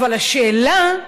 אבל השאלה,